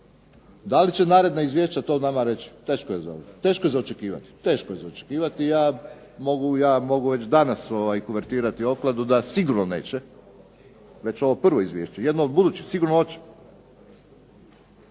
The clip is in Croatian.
Da li će naredna izvješća to nama reći teško je za očekivati. Teško je za očekivati i ja mogu, ja mogu već danas kuvertirati opkladu da sigurno neće već ovo prvo izvješće. Jedno od budućih sigurno hoće.